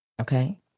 Okay